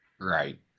Right